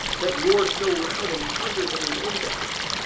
that roars so loud, and thunders in the index?